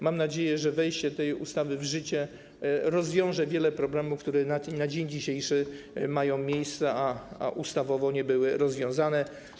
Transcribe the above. Mam nadzieję, że wejście tej ustawy w życie rozwiąże wiele problemów, które na dzień dzisiejszy mają miejsce, a ustawowo nie były rozwiązane.